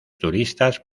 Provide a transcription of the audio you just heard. turistas